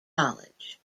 college